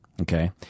okay